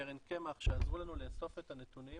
קרן קמ"ח שעזרו לנו לאסוף את הנתונים